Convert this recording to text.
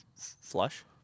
Flush